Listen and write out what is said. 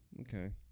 Okay